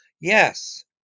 Yes